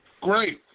Great